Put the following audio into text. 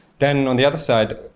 then, on the other side,